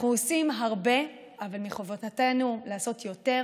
אנחנו עושים הרבה, אבל מחובתנו לעשות יותר,